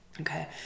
okay